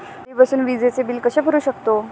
घरी बसून विजेचे बिल कसे भरू शकतो?